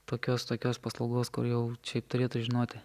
tokios tokios paslaugos kur jau šiaip turėtų žinoti